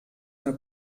der